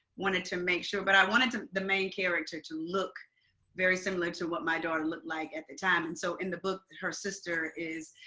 wanted to make sure, but i wanted the main character to look very similar to what my daughter looked like at the time. and so in the book, her sister is